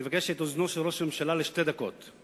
אני מבקש את אוזנו של ראש הממשלה לשתי דקות,